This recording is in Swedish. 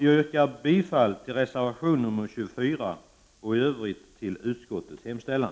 Jag yrkar bifall till reservation nr 24 och i övrigt till utskottets hemställan.